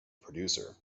producer